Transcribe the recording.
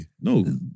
No